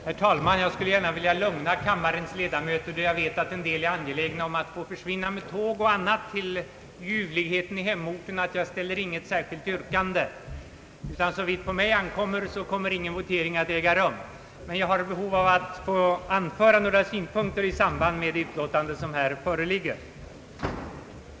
Herr talman! Jag skulle gärna vilja lugna kammarens ledamöter. Jag vet att en del är angelägna att försvinna med tåg och annat till ljuvligheter i hemorten, och jag ämnar inte ställa något särskilt yrkande. Vad på mig ankommer blir det alltså ingen votering. Men jag önskar anföra några synpunkter i samband med det utlåtande som här föreligger.